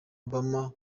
obama